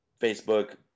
Facebook